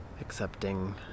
accepting